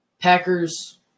Packers –